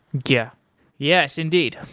yeah yes, indeed.